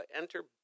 enter